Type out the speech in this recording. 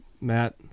Matt